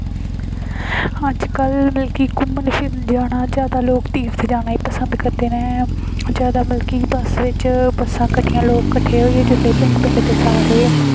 अज्जकल मतलब कि घूमन फिरन जाना जादा लोग तीर्थ जाना गै पसंद करदे न जादा मतलब कि बस च बस्सां कट्ठियां लोक कट्ठे होइयै जंदे पिंड पिंड दे सारे